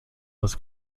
was